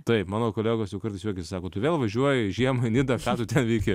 taip mano kolegos jau kartais juokiasi sako tu vėl važiuoji žiemą nidą ką tu ten veiki